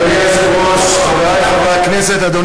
חבר הכנסת פריג',